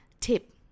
tip